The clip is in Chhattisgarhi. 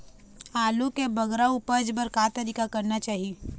आलू के बगरा उपज बर का तरीका करना चाही?